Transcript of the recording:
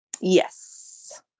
yes